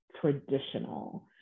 traditional